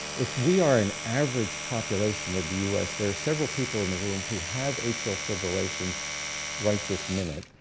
if we are an average population of the u s. there are several people in the room who have atrial fibrillation right this minute.